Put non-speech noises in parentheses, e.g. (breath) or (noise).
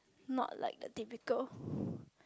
not like the typical (breath)